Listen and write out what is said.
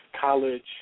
College